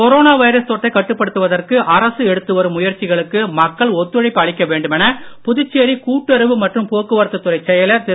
corona virus தொற்றைக் கட்டுபடுத்துவதற்கு அரசு எடுத்துவரும் முயற்சிகளுக்கு மக்கள் ஒத்துழைப்பு அளிக்க வேண்டுமென புதுச்சேரி கூட்டுறவு மற்றும் போக்குவரத்துத் துறைச் செயலர் திரு